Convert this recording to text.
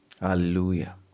Hallelujah